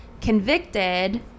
convicted